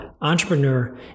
Entrepreneur